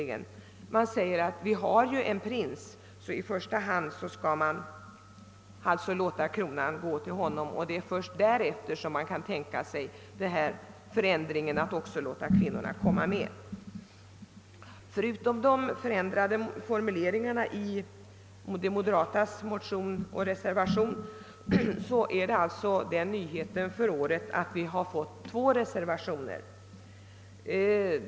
I stället framhåller man att vi ju har en prins, och då skall kronan i första hand gå till honom. Först därefter kan man tänka sig den ändringen att även kvinnorna får komma med. Utom de ändrade formuleringarna i de moderatas motion och reservation är alltså nyheten för året att vi har fått två reservationer.